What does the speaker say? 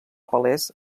palès